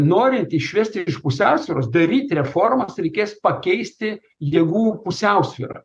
norint išvesti iš pusiausvyros daryti reformas reikės pakeisti jėgų pusiausvyrą